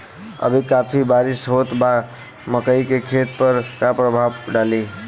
अभी काफी बरिस होत बा मकई के खेत पर का प्रभाव डालि?